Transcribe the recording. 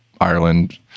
Ireland